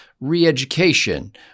re-education